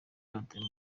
batawe